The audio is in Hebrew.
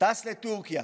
טס לטורקיה,